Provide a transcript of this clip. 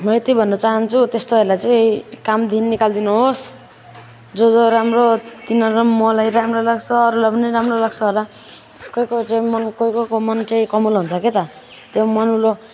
म यति भन्न चाहन्छु त्यस्तोहरूलाई चाहिँ कामदेखि निकालिदिनु होस् जो जो राम्रो तिनीहरूले मलाई राम्रो लाग्छ अरूलाई पनि राम्रो लाग्छ होला कोही कोही चाहिँ मन कोही कोहीको मन चाहिँ कमुलो हुन्छ क्या त त्यो मनुलो